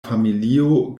familio